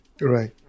Right